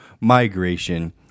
migration